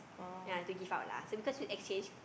ya to give out lah so because we exchange